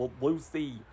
Lucy